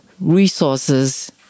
resources